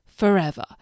forever